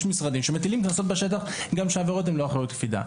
יש משרדים שמטילים קנסות בשטח גם כשהעבירות הן לא אחריות קפידה.